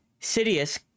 Sidious